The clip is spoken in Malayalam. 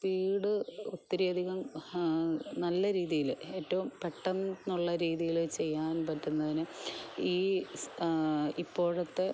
സ്പീഡ് ഒത്തിരി അധികം നല്ല രീതിയിൽ ഏറ്റവും പെട്ടെന്നുള്ള രീതിയിൽ ചെയ്യാൻ പറ്റുന്നതിന് ഈ ഇപ്പോഴത്തെ